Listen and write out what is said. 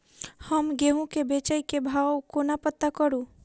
हम गेंहूँ केँ बेचै केँ भाव कोना पत्ता करू?